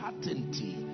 certainty